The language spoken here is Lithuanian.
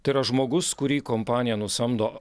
tai yra žmogus kurį kompanija nusamdo